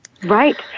Right